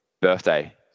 Birthday